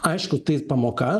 aišku tai pamoka